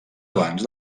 abans